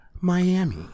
Miami